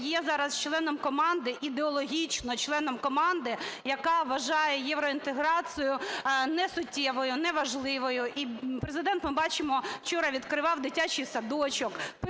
є зараз членом команди, ідеологічно членом команди, яка вважає євроінтеграцію несуттєвою, неважливою? І Президент, ми бачимо, вчора відкривав дитячий садочок,